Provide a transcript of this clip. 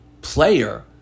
player